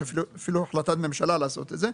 יש אפילו החלטת ממשלה לעשות את זה,